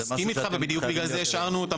אני מסכים איתך ובדיוק בגלל זה השארנו אותם